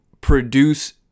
produce